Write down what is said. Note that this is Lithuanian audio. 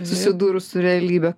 susidūrus su realybe